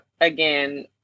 again